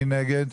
מי נגד?